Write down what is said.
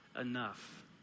enough